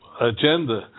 agenda